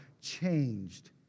changed